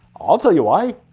i'll tell you why,